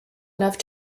enough